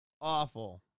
awful